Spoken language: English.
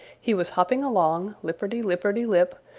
he was hopping along, lipperty-lipperty-lip,